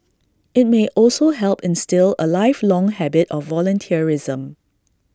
IT may also help instil A lifelong habit of volunteerism